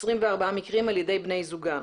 24 מקרים על ידי בני זוגן.